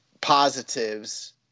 positives